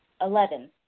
Eleven